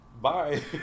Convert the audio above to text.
Bye